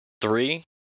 Three